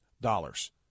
dollars